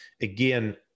again